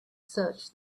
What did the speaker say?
searched